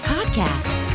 Podcast